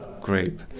grape